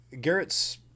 Garrett's